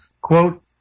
quote